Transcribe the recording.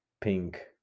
pink